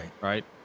Right